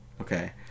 Okay